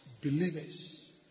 believers